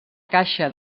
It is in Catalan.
caixa